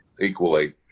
equally